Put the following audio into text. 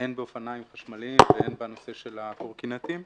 הן באופניים חשמליים והן בנושא של הקורקינטים.